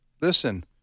listen